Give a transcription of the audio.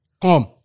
come